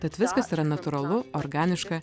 tad viskas yra natūralu organiška